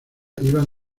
iban